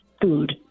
food